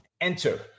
enter